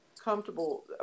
comfortable